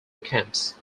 camps